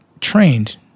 trained